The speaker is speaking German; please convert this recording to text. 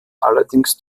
allerdings